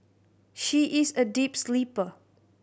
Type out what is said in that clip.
she is a deep sleeper